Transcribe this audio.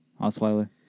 Osweiler